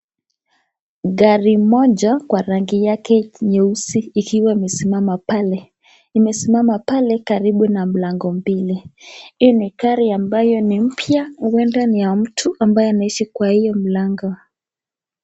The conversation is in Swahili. Gari mmoja kwa rangi yake nyeusi iliyo simama pale. Imesimama pale karibu na mlango mbili iyo ni gari ambaye ni mpya huenda ni ya mtu ambaye anaishi kwa iyo mlango.